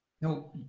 no